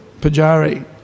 Pajari